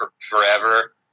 forever